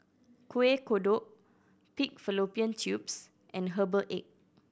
Kuih Kodok pig fallopian tubes and herbal egg